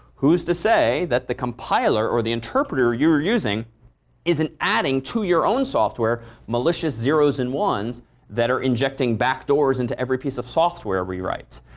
who's to say that the compiler or the interpreter you're using isn't adding to your own software malicious zeros and ones that are injecting backdoors into every piece of software we write?